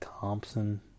Thompson